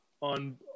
on